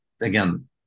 again